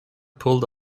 pulled